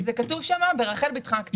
זה כתוב שם ברחל בתך הקטנה.